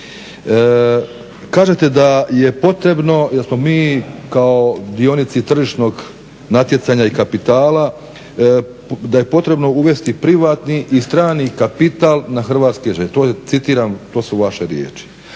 Kažete da je potrebno, jer smo mi kao dionici tržišnog natjecanja i kapitala, da je potrebno uvesti privatni i strani kapital na Hrvatske željeznice. To citiram, to su vaše riječi.